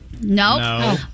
No